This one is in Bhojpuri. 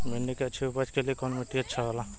भिंडी की अच्छी उपज के लिए कवन मिट्टी अच्छा होला?